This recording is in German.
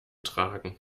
tragen